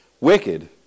wicked